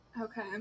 Okay